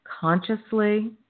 consciously